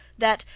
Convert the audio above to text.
that,